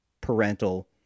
parental